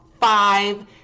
five